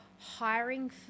hiring